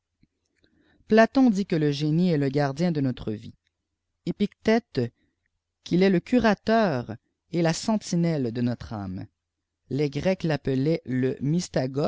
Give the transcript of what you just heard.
platon dit que le génie éè fé ftafuîèïi dé tibtrè vie i epictète qu'il est le curateur et la sentinée c e notre âme les grecs l'appelaient le